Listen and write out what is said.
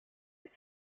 est